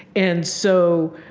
and so